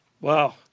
Wow